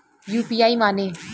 UPI माने?